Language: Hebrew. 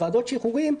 ועדות השחרורים,